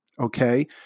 okay